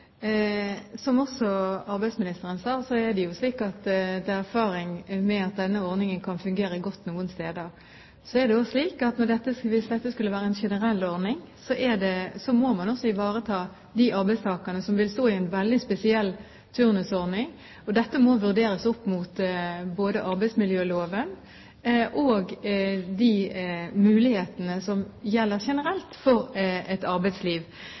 Som også arbeidsministeren sa, er det slik at det er erfaring med at denne ordningen kan fungere godt noen steder. Så er det òg slik, at hvis dette skulle være en generell ordning, må man også ivareta de arbeidstakerne som vil stå i en veldig spesiell turnusordning. Dette må vurderes opp både mot arbeidsmiljøloven og de mulighetene som gjelder generelt for et arbeidsliv.